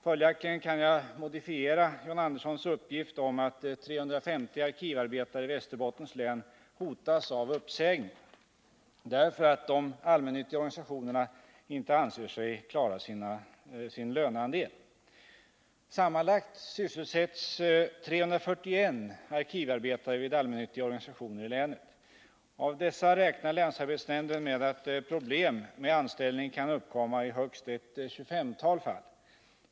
Följaktligen kan jag modifiera John Anderssons uppgift om att 350 arkivarbetare i Västerbottens län hotas av uppsägning, därför att de allmännyttiga organisationerna inte anser sig klara sin löneandel. Sammanlagt sysselsätts 341 arkivarbetare vid allmännyttiga organisationer i länet. Bland dessa räknar länsarbetsnämnden med att problem med anställning kan uppkomma i högst ett tjugofemtal fall.